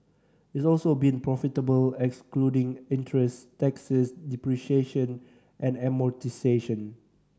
it's also been profitable excluding interest taxes depreciation and amortisation